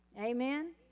Amen